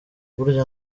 burya